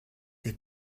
the